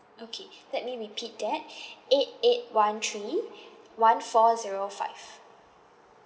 okay let me repeat that eight eight one three one four zero five